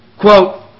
quote